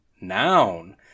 Noun